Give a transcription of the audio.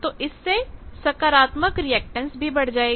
तो इससे सकारात्मक रिएक्टेंस भी बढ़ जाएगी